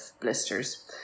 blisters